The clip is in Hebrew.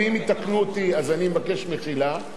ואם יתקנו אותי אז אני מבקש מחילה,